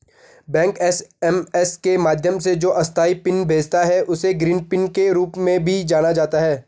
bank SMS के माध्यम से जो अस्थायी पिन भेजता है, उसे ग्रीन पिन के रूप में भी जाना जाता है